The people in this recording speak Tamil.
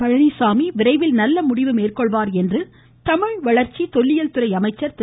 பழனிசாமி விரைவில் நல்ல முடிவு மேற்கொள்வார் என்று தமிழ்வளாச்சி தொல்லியல்துறை அமைச்சர் திரு